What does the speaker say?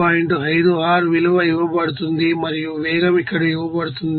5 r విలువ ఇవ్వబడుతుంది మరియు వేగం ఇక్కడ ఇవ్వబడుతుంది